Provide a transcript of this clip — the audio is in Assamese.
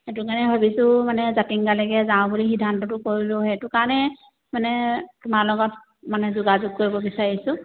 সেইটো কাৰণে ভাবিছোঁ মানে জাতিংগালৈকে যাওঁ বুলি সিদ্ধান্তটো কৰিলোঁ সেইটো কাৰণে মানে তোমাৰ লগত মানে যোগাযোগ কৰিব বিচাৰিছোঁ